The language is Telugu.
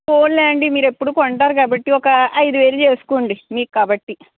పోనీ లేండి మీరెప్పుడు కొంటారు కాబట్టి ఒక ఐదు వేలు చేసుకోండి మీకు కాబట్టి